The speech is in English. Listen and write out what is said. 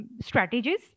strategies